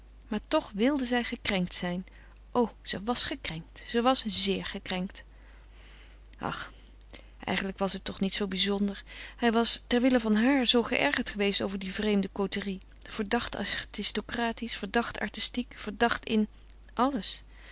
maar toch wilde zij gekrenkt zijn o ze was gekrenkt ze was zeer gekrenkt ach eigenlijk was ze het toch niet zoo bijzonder hij was terwille van haar zoo geërgerd geweest over die vreemde côterie verdacht aristocratisch verdacht artistiek verdacht in alles